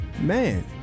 man